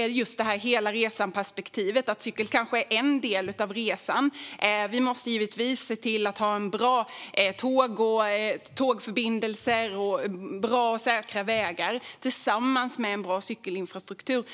vi måste se till hela-resan-perspektivet, där cykeln kanske är en del av resan. Vi måste givetvis se till att ha bra och säkra tågförbindelser och vägar tillsammans med en bra cykelinfrastruktur.